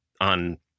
on